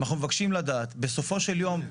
אנחנו מבקשים לדעת בסופו של יום,